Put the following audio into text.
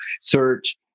search